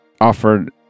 offered